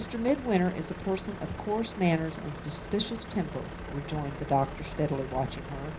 mr. midwinter is a person of coarse manners and suspicious temper, rejoined the doctor, steadily watching her.